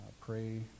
pray